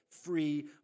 free